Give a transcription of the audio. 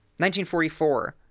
1944